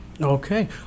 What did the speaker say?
Okay